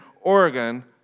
Oregon